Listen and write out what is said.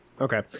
Okay